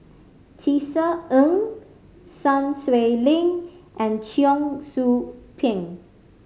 Tisa Ng Sun Xueling and Cheong Soo Pieng